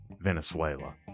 Venezuela